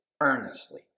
earnestly